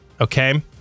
Okay